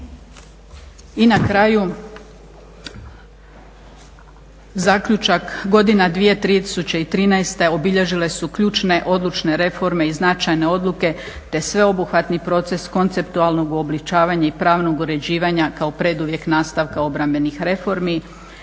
I na kraju, zaključak, godina 2013.obilježile su ključne odlučne reforme i značajne odluke te sveobuhvatni proces konceptualnog uobličavanja i pravnog uređivanja kao preduvjet nastavka obrambenih reformi.